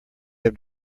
have